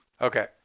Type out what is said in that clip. Okay